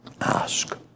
ask